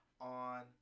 on